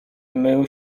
mył